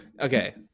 okay